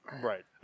Right